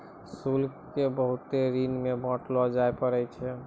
शुल्क क बहुत श्रेणी म बांटलो जाबअ पारै छै